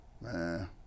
Man